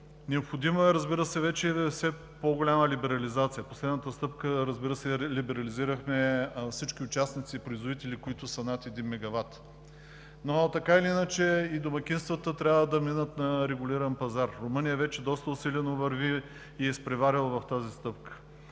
необходима е вече все по-голяма либерализация. Последната стъпка – либерализирахме всички участници и производители, които са над един мегават. Така или иначе обаче и домакинствата трябва да минат на регулиран пазар. Румъния вече доста усилено върви и е изпреварила в тази стъпка.